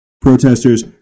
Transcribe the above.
Protesters